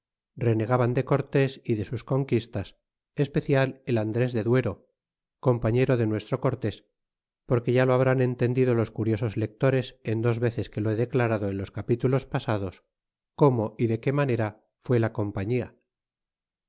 renegaban de cortés y de sus conquistas especial el andres de duero compañero de nuestro cortés porque ya lo habrán entendido los curiosos lectores en dos veces que lo he declarado en los capítulos pasados cómo y de qué manera fué la compañía